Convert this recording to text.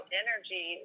energy